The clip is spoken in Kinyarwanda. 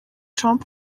trump